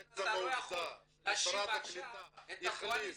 לכן אתה לא יכול להאשים עכשיו את הקואליציה.